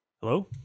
Hello